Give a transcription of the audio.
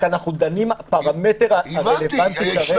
אנחנו דנים בפרמטר הרלוונטי לרקע, וההדבקות.